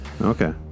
Okay